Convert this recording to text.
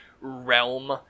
realm